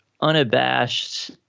unabashed